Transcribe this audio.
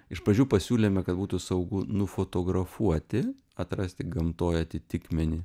iš pradžių pasiūlėme kad būtų saugu nufotografuoti atrasti gamtoj atitikmenį